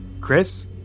Chris